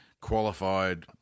qualified